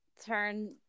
turn